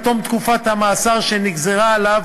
עד תום תקופת המאסר שנגזרה עליו,